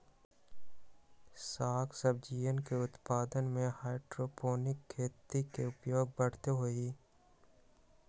साग सब्जियन के उत्पादन में हाइड्रोपोनिक खेती के प्रयोग बढ़ते हई